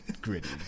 gritty